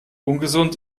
ungesund